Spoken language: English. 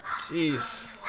jeez